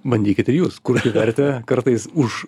bandykit ir jūs kurti vertę kartais už